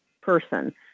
person